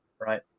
right